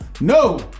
No